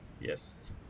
Yes